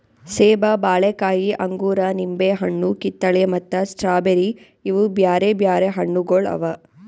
ಸೇಬ, ಬಾಳೆಕಾಯಿ, ಅಂಗೂರ, ನಿಂಬೆ ಹಣ್ಣು, ಕಿತ್ತಳೆ ಮತ್ತ ಸ್ಟ್ರಾಬೇರಿ ಇವು ಬ್ಯಾರೆ ಬ್ಯಾರೆ ಹಣ್ಣುಗೊಳ್ ಅವಾ